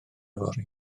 fory